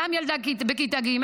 גם ילדה בכיתה ג',